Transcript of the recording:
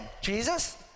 Jesus